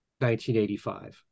1985